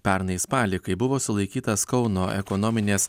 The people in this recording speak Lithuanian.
pernai spalį kai buvo sulaikytas kauno ekonominės